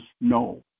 no